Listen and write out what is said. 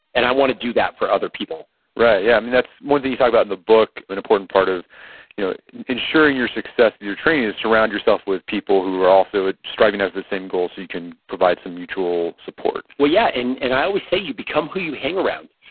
and i want to do that for other people right, yeah. that's one thing you talk about in the book, an important part of you know ensuring your success with your training is surround yourself with people who are also striving after the same goals, so you can provide some mutual support well yeah, and i always say, you become who you hang around.